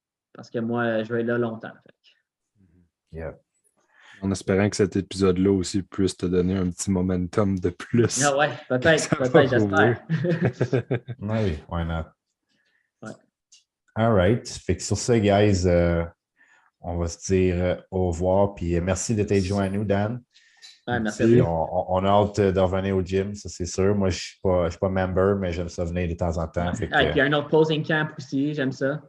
Parce que moi, je vais être là longtemps, fait que. Mhm. Yeah. En espérant que cet épisode-là aussi puisse te donner un petit momentum de plus, Ah ouais, peut-être, que ça va peut-être, j'espère. rouler. Oui, why not? Ouais. All right. Fait que sur ce, guys, euh, on va se dire, euh, au revoir, puis, euh, merci de t'être joint à nous, Dan. Ouais, merci. Puis on- on- on a hâte de revenir au gym, ça, c'est sûr. Moi, je suis pas- je suis pas member, mais j'aime ça venir de temps en temps, fait Ah, que- puis il y a un autre posing camp aussi, j'aime ça.